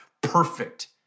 perfect